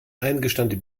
eingestand